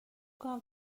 کنم